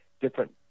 different